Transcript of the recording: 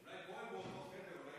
אולי פה הם באותו חדר,